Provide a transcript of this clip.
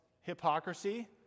hypocrisy